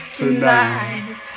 tonight